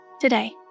today